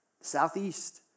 Southeast